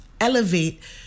elevate